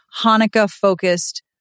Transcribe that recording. Hanukkah-focused